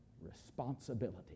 responsibility